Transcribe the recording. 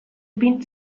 bin